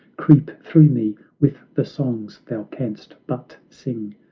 creep through me with the songs thou canst but sing.